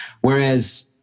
Whereas